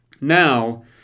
Now